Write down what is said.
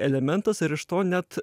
elementas ir iš to net